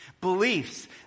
Beliefs